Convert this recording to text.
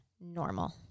normal